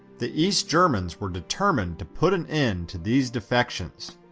the east germans were determined to put an end to these defections.